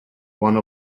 one